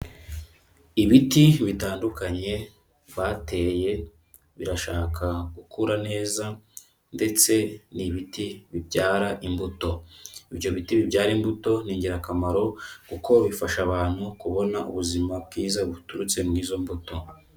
Ibiti bitandukanye bateye birashaka gukura neza ndetse ni ibiti bibyara imbuto, ibyo biti bibyara imbuto ni ingirakamaro kuko bifasha abantu kubona ubuzima bwiza buturutse mu izo mbuto.